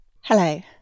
Hello